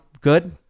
Good